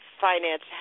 finance